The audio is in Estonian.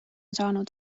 saanud